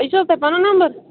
یہ چھُو حَظ تۄہہِ پنُن نمبر